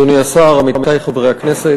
מכובדי היושב-ראש, אדוני השר, עמיתי חברי הכנסת,